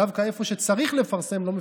דווקא איפה שצריך לפרסם לא מפרסמים.